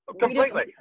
Completely